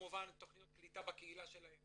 וכמובן תוכניות קליטה בקהילה שלהם.